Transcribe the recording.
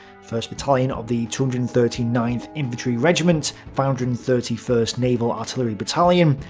first battalion of the two hundred and thirty ninth infantry regiment, five hundred and thirty first naval artillery battalion,